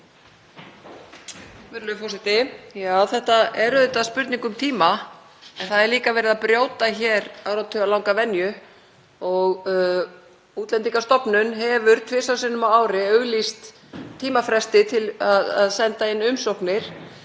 þetta er auðvitað spurning um tíma en það er líka verið að brjóta hér áratugalanga venju. Útlendingastofnun hefur tvisvar sinnum á ári auglýst tímafresti til að senda inn umsóknir